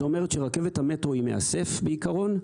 זאת אומרת שרכבת המטרו היא מאסף בעיקרון,